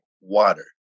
water